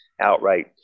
outright